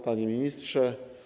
Panie Ministrze!